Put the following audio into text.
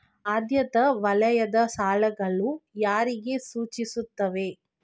ಆದ್ಯತಾ ವಲಯದ ಸಾಲಗಳು ಯಾರಿಗೆ ಸೂಚಿಸುತ್ತವೆ?